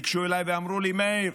ניגשו אליי ואמרו לי: מאיר,